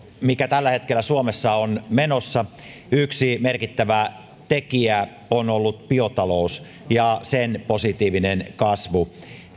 mikä tällä hetkellä suomessa on menossa yksi merkittävä tekijä on ollut biotalous ja sen positiivinen kasvu